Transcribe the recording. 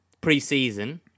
pre-season